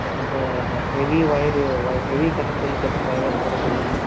இப்போ கொஞ்சம் அந்த ஹெவி வொயரு வொ ஹெவி கரண்ட் இழுக்கிறதுக்காக போட சொல்கிறிங்க